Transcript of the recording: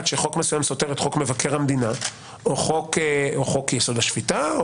שחוק מסוים סותר את חוק מבקר המדינה או חוק-יסוד: השפיטה.